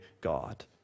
God